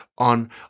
On